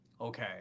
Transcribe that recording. Okay